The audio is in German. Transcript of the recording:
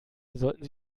sollten